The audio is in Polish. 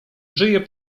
żyje